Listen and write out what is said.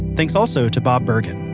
thanks also to bob bergen.